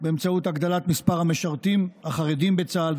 באמצעות הגדלת מספר המשרתים החרדים בצה"ל,